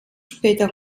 später